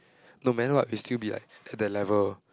no matter what we still be like the level